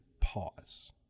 pause